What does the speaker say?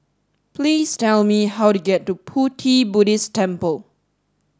please tell me how to get to Pu Ti Buddhist Temple